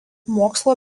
mokslo